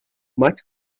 maç